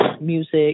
music